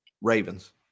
Ravens